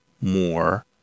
more